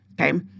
okay